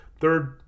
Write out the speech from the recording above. third